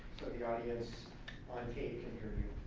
the audience on tape can hear you.